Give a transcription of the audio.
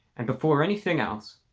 and before anything else